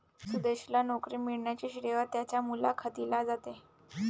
सुदेशला नोकरी मिळण्याचे श्रेय त्याच्या मुलाखतीला जाते